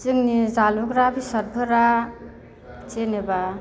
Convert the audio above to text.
जोंनि जालुग्रा बेसादफोरा जेनेबा